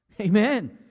amen